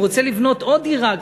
הוא רוצה לבנות עוד דירה,